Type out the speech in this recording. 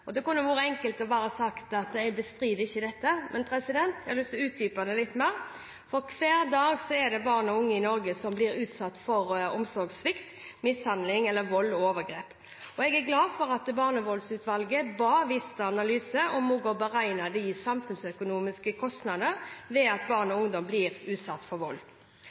Det kunne vært enkelt bare å si at jeg ikke bestrider dette, men jeg har lyst til å utdype det litt mer, for hver dag blir barn og unge i Norge utsatt for omsorgssvikt, mishandling, vold eller overgrep. Jeg er glad for at barnevoldsutvalget ba Vista Analyse om å beregne de samfunnsøkonomiske kostnader ved at barn og ungdom blir utsatt for vold.